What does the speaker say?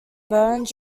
burned